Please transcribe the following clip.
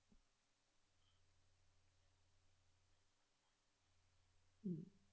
mm